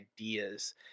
ideas